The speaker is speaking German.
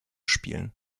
spielen